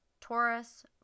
Taurus